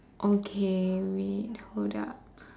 okay let me hold up